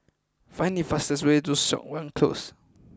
find the fastest way to Siok Wan Close